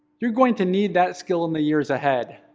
you're going to need that skill in the years ahead,